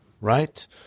right